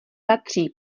patří